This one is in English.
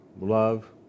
Love